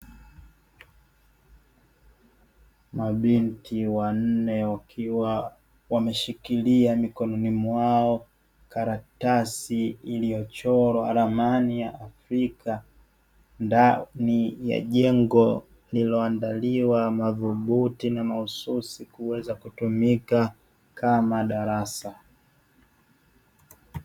Mabinti wanne wakiwa wameshikilia mikononi mwao karatasi iliyochorwa ramani ya afrika, ndani ya jengo lililoandaliwa madhubuti na mahususi kuweza kutumika kama darasa.